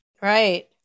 Right